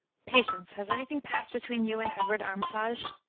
patience, has any thing passed between you and edward armitage?